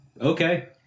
okay